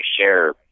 share